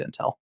Intel